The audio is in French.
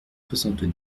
soixante